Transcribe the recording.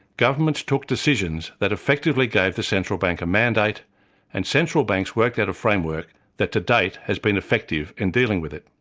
governments took decisions that effectively gave the central bank a mandate and central banks worked out a framework that to date has been effective in dealing with it.